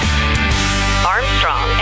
Armstrong